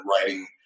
writing